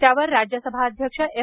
त्यावर राज्यसभा अध्यक्ष एम